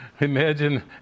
Imagine